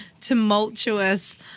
tumultuous